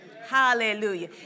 hallelujah